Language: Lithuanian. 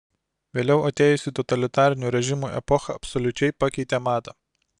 vėliau atėjusi totalitarinių režimų epocha absoliučiai pakeitė madą